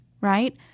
right